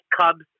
cubs